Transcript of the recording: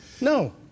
No